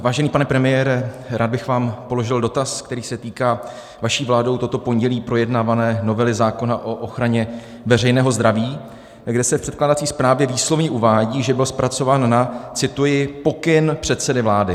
Vážený pane premiére, rád bych vám položil dotaz, který se týká vaší vládou toto pondělí projednávané novely zákona o ochraně veřejného zdraví, kde se v předkládací zprávě výslovně uvádí, že byla zpracována na cituji pokyn předsedy vlády.